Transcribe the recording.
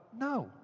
No